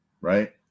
right